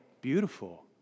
beautiful